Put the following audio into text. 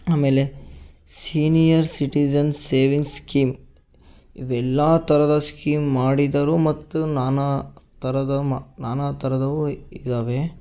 ಆಮೇಲೆ senior citizen savings scheme ಇದೆಲ್ಲ ಥರದ ಸ್ಕೀಂ ಮಾಡಿದರು ಮತ್ತು ನಾನಾ ಥರದ ಮ ನಾನಾ ಥರದವು ಇದ್ದಾವೆ